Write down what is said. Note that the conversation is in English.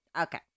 Okay